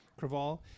Craval